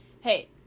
hey